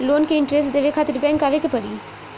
Loan के interest देवे खातिर बैंक आवे के पड़ी?